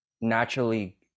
naturally